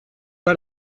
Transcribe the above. pas